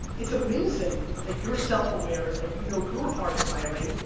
it's amazing that you're self-aware and you know your hard wiring,